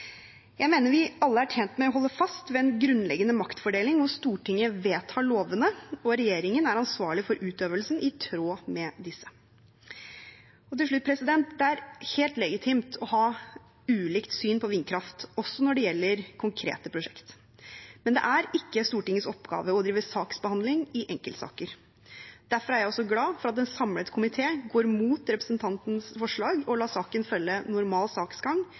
Jeg mener vi alle er tjent med å holde fast ved en grunnleggende maktfordeling der Stortinget vedtar lovene og regjeringen er ansvarlig for utøvelsen i tråd med disse. Til slutt: Det er helt legitimt å ha ulikt syn på vindkraft, også når det gjelder konkrete prosjekt. Men det er ikke Stortingets oppgave å drive saksbehandling i enkeltsaker. Derfor er jeg også glad for at en samlet komité går imot representantens forslag og lar saken følge normal saksgang